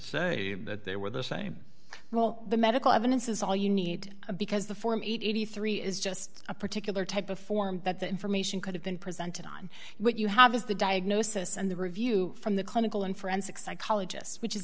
say that they were the same well the medical evidence is all you need because the form eighty three is just a particular type of form that the information could have been presented on what you have is the diagnosis and the review from the clinical and forensic psychologist which is